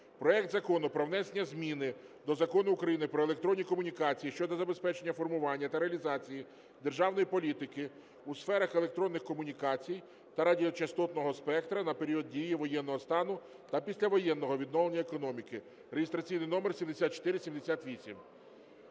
проект Закону про внесення зміни до Закону України "Про електронні комунікації" щодо забезпечення формування та реалізації державної політики у сферах електронних комунікацій та радіочастотного спектра на період дії воєнного стану та післявоєнного відновлення економіки (реєстраційний номер 7478).